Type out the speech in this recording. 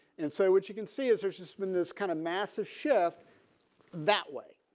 and so what you can see is there's just been this kind of massive shift that way.